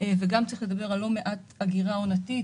וגם צריך לדבר על לא מעט אגירה עונתית.